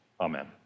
amen